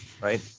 Right